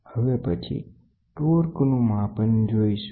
હવે પછી ટોર્ક નું માપન જોઈશું